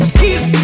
kiss